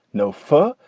no fur.